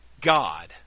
God